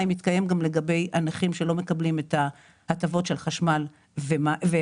אם יתקיים גם לגבי נכים שלא מקבלים את הטבות של חשמל וארנונה.